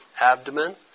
abdomen